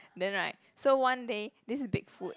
then right so one day this is Big Foot